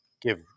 give